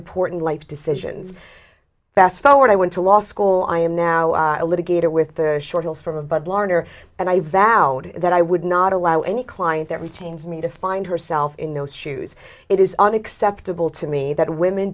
important life decisions fast forward i went to law school i am now a litigator with the short hills from above larner and i vowed that i would not allow any client that retains me to find herself in those shoes it is unacceptable to me that women